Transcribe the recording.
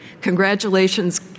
Congratulations